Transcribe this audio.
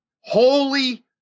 Holy